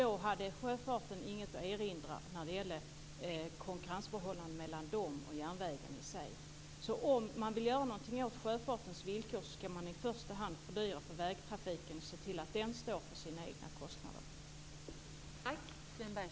Då hade sjöfarten inget att erinra när det gällde konkurrensen mellan den och järnvägen i sig. Om man vill göra någonting åt sjöfartens villkor skall man i första hand fördyra för vägtrafiken och se till att den står för sina egna kostnader.